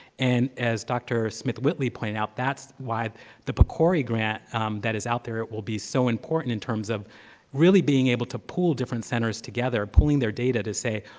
and as dr. smith-whitley pointed out, that's why the pcori grant that is out there will be so important in terms of really being able to pull different centers together, pulling their data to say,